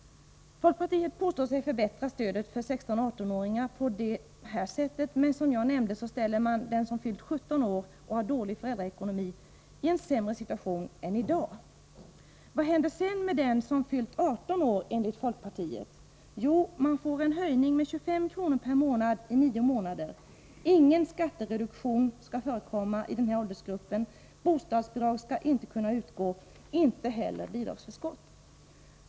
Folkpartiet påstår sig förbättra stödet för 16-18-åringar på det här sättet, men som jag nämnde ställer man den som fyllt 17 år och har dålig föräldraekonomi i en sämre situation än i dag. Vad händer sedan enligt folkpartiet med den som fyllt 18 år? Jo, man får en höjning med 25 kr./månad nio månader per år. Ingen skattereduktion skall förekomma i den här åldersgruppen, bostadsbidrag skall inte kunna utgå, inte heller bidragsförskott.